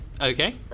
Okay